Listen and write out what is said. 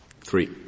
Three